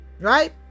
right